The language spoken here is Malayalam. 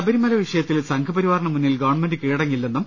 ശബരിമല വിഷയത്തിൽ സംഘപരിവാറിന് മുന്നിൽ ഗവൺമെന്റ് കീഴട ങ്ങില്ലെന്നും